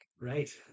Right